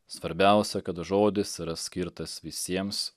svarbiausia kad žodis yra skirtas visiems